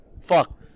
Fuck